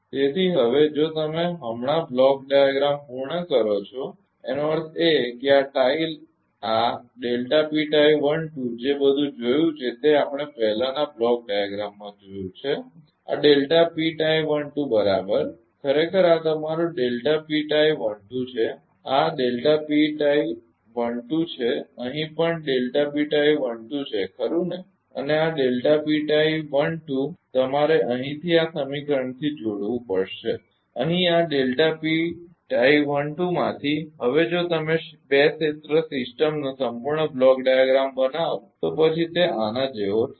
તેથી હવે જો તમે હમણાં બ્લોક ડાયાગ્રામ પૂર્ણ કરો છો એનો અર્થ એ કે આ ટાઇ આ જે બધું જોયું છે તે આપણે પહેલાંના બ્લોક ડાયાગ્રામમાં જોયું છે આ બરાબર ખરેખર આ તમારો છે આ છે અહીં પણ છે ખરુ ને અને આ તમારે અહીંથી આ સમીકરણથી જોડવું પડશે અહીં આ માંથી હવે જો તમે બે ક્ષેત્ર સિસ્ટમનો સંપૂર્ણ બ્લોક ડાયાગ્રામ બનાવો તો પછી તે આના જેવો થશે